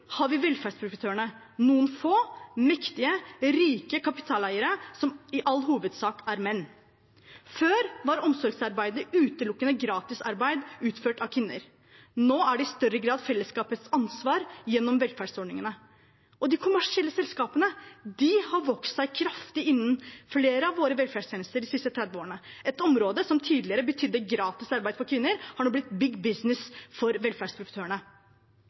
har vi velferdsprofitørene, noen få, mektige, rike kapitaleiere som i all hovedsak er menn. Før var omsorgsarbeid utelukkende gratisarbeid utført av kvinner. Nå er det i større grad fellesskapets ansvar gjennom velferdsordningene. De kommersielle selskapene har vokst kraftig innen flere av våre velferdstjenester de siste 30 årene. Et område som tidligere betydde gratis arbeid for kvinner, har nå blitt «big business» for velferdsprofitørene.